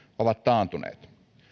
ovat taantuneet